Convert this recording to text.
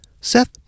Seth